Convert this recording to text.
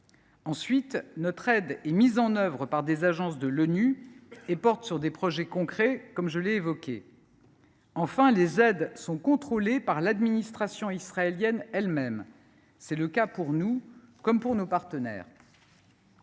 Ensuite, notre aide est mise en œuvre par des agences de l’ONU et porte sur des projets concrets, comme je l’ai évoqué. Enfin, les aides sont contrôlées par l’administration israélienne elle même. C’est le cas pour nous, comme pour nos partenaires.